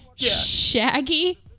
shaggy